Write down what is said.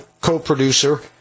co-producer